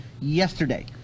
yesterday